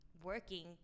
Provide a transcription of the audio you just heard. working